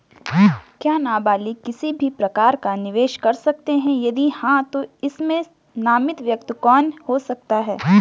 क्या नबालिग किसी भी प्रकार का निवेश कर सकते हैं यदि हाँ तो इसमें नामित व्यक्ति कौन हो सकता हैं?